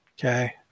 Okay